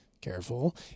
Careful